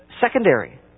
secondary